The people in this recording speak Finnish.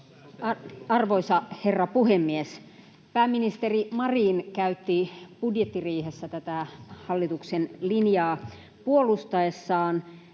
Arvoisa herra puhemies! Pääministeri Marin käytti budjettiriihessä tätä hallituksen linjaa puolustaessaan